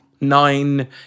nine